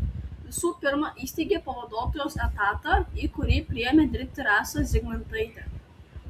visų pirma įsteigė pavaduotojos etatą į kurį priėmė dirbti rasą zygmantaitę